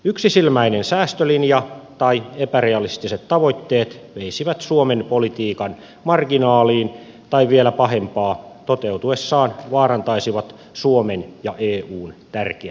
yksisilmäinen säästölinja tai epärealistiset tavoitteet veisivät suomen politiikan marginaaliin tai vielä pahempaa toteutuessaan vaarantaisivat suomen ja eun tärkeät päämäärät